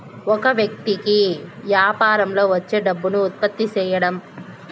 ఒక వ్యక్తి కి యాపారంలో వచ్చే డబ్బును ఉత్పత్తి సేయడం